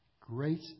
great